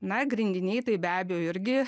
na grindiniai tai be abejo irgi